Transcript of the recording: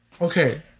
Okay